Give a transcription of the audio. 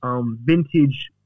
Vintage